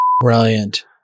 brilliant